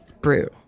brew